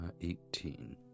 eighteen